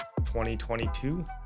2022